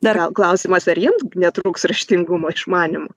dar klausimas ar jiem netrūks raštingumo išmanym